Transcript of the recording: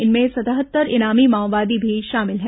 इनमें सतहत्तर इनामी माओवादी भी शामिल हैं